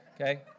okay